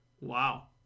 Wow